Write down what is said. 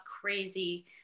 crazy